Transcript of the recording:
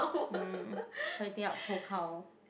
um feel like eating up whole cow